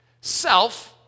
self-